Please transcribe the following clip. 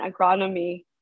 agronomy